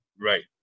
Right